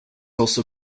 also